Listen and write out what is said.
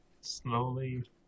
Slowly